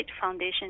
foundation